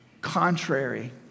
contrary